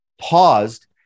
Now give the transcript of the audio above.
paused